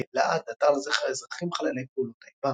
ב"לעד" – אתר לזכר האזרחים חללי פעולות האיבה